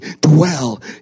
dwell